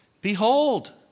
behold